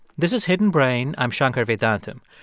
this is hidden brain. i'm shankar vedantam.